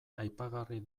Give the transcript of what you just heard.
aipagarri